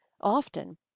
often